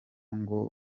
ngo